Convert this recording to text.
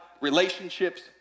relationships